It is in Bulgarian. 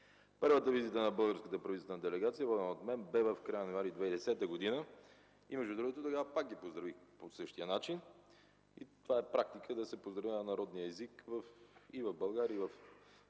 Първата визита на българската правителствена делегация, водена от мен, бе в края на месец януари 2010 г. Между другото, тогава пак ги поздравих по същия начин. Това е практика – да се поздравява на родния език и в България, и в много